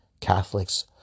Catholics